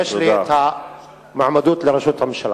יש לי את המועמדות לראשות הממשלה.